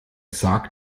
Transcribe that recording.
sagt